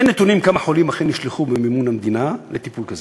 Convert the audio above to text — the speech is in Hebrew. אין נתונים כמה חולים אכן נשלחו במימון המדינה לטיפול כזה.